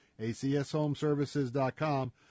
acshomeservices.com